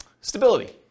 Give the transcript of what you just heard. Stability